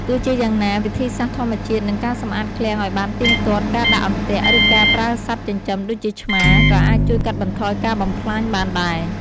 ទោះជាយ៉ាងណា វិធីសាស្ត្រធម្មជាតិ និងការសម្អាតឃ្លាំងឲ្យបានទៀងទាត់ ការដាក់អន្ទាក់ ឬការប្រើសត្វចិញ្ចឹមដូចជាឆ្មា ក៏អាចជួយកាត់បន្ថយការបំផ្លាញបានដែរ។